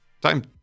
Time